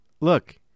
Look